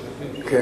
מס' 3597,